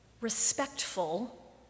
respectful